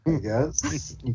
yes